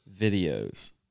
videos